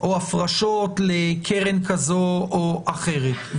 או הפרשות לקרן כזו או אחרת.